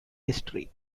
history